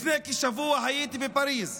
לפני כשבוע הייתי בפריז.